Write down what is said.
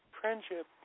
friendship